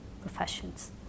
professions